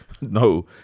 No